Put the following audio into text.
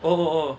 oh oh oh